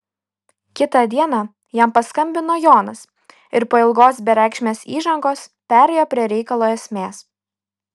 kitą dieną jam paskambino jonas ir po ilgos bereikšmės įžangos perėjo prie reikalo esmės